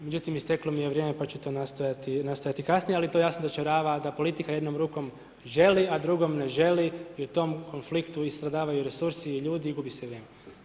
Međutim isteklo mi je vrijeme pa ću to nastojati kasnije, ali to jasno dočarava da politika jednom rukom želi, a drugom ne želi i u tom konfliktu i stradavaju resursi, ljudi i gubi se vrijeme.